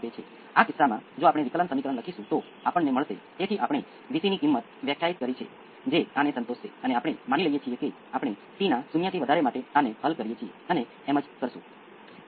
આપણી પાસે પ્રારંભિક શરતો V c of 0 અને i L ઓફ 0 હશે અમે જાણીએ છીએ કે i l ઓફ t જે ઇન્ડક્ટરના કરંટ સમાન છે